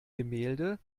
gemälde